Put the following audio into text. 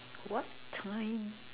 what time